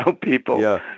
people